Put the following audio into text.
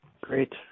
Great